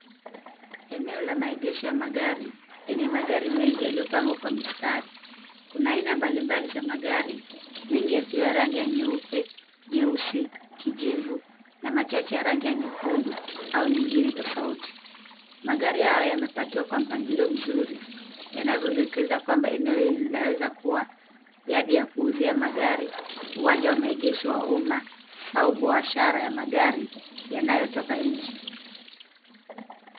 Eneo la maegesho ya magari yenye magari mengi yaliyopangwa kwa mistari. Kuna aina mbalimbali za magari mengi yakiwa rangi ya nyeupe ,nyeusi, kijivu na machache ya rangi ya nyekundu au nyingine tofauti. Magari hayo yamepakiwa kwa mpangilio mzuri yanavyodokeza kwamba eneo hili linaweza kuwa yadi ya kuuzia magari. Uwanja wa maegesho wa umma au biashara ya magari yanayotoka nje.